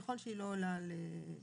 ככל שהיא לא עולה על שנתיים.